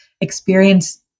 experience